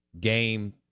Game